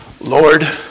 Lord